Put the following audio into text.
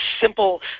simple –